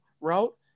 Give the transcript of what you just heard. route